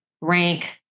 rank